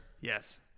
Yes